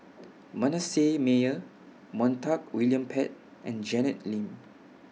Manasseh Meyer Montague William Pett and Janet Lim